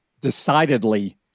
decidedly